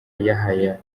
yahya